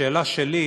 השאלה שלי: